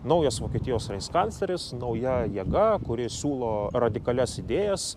naujas vokietijos reichkancleris nauja jėga kuri siūlo radikalias idėjas